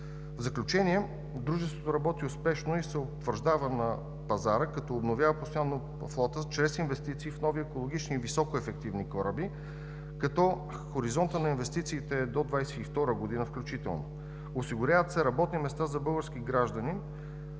В заключение, дружеството работи успешно и се утвърждава на пазара, като обновява постоянно флота чрез инвестиции в нови екологични и високоефективни кораби, като хоризонтът на инвестициите е до 2022 г. включително. Осигуряват се работни места за български граждани,